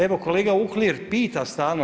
Evo, kolega Uhlir pita stalno.